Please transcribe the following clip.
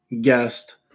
guest